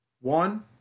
One